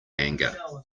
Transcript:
anger